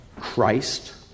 Christ